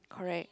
correct